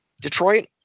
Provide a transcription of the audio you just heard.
Detroit